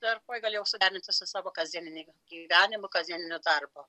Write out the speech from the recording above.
dar pagaliau suderinti su savo kasdieniniu gyvenimu kasdieniniu darbu